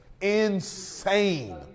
Insane